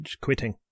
quitting